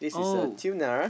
oh